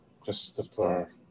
Christopher